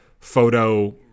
photo